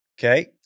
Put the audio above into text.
Okay